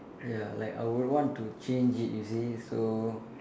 ya like I would want to change it you see so